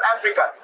Africa